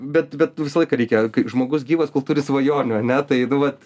bet bet visą laiką reikia kai žmogus gyvas kol turi svajonių ane tai nu vat